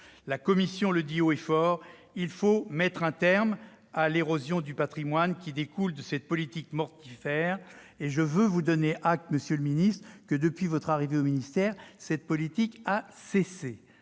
La commission le dit haut et fort : il faut mettre un terme à l'érosion du patrimoine qui découle de cette politique mortifère ! Monsieur le ministre, je veux vous donner acte que, depuis votre arrivée au ministère, cette politique a cessé.